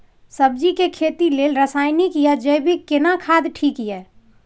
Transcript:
सब्जी के खेती लेल रसायनिक या जैविक केना खाद ठीक ये?